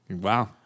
Wow